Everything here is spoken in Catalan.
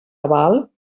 aval